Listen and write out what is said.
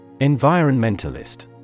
Environmentalist